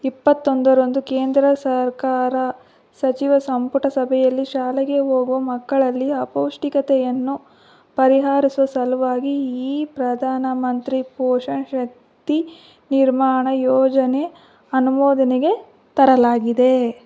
ಇಪ್ಪತ್ತೊಂದರಂದು ಕೇಂದ್ರ ಸರ್ಕಾರ ಸಚಿವ ಸಂಪುಟ ಸಭೆಯಲ್ಲಿ ಶಾಲೆಗೆ ಹೋಗುವ ಮಕ್ಕಳಲ್ಲಿ ಅಪೌಷ್ಟಿಕತೆಯನ್ನು ಪರಿಹರಿಸೊ ಸಲುವಾಗಿ ಈ ಪ್ರಧಾನ ಮಂತ್ರಿ ಪೋಷಣ್ ಶಕ್ತಿ ನಿರ್ಮಾಣ ಯೋಜನೆ ಅನುಮೋದನೆಗೆ ತರಲಾಗಿದೆ